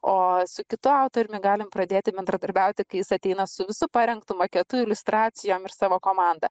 o su kitu autoriumi galim pradėti bendradarbiauti kai jis ateina su visu parengtu maketu iliustracijom ir savo komanda